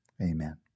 Amen